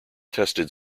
tested